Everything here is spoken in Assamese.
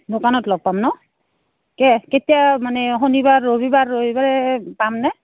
দোকানত লগ পাম ন কেতিয়া মানে শনিবাৰ ৰবিবাৰ ৰবিবাৰে পামনে